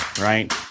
right